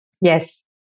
Yes